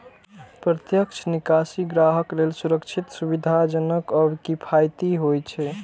प्रत्यक्ष निकासी ग्राहक लेल सुरक्षित, सुविधाजनक आ किफायती होइ छै